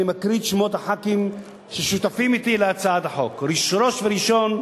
מקריא את שמות חברי הכנסת ששותפים אתי להצעת החוק: ראש וראשון,